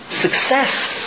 Success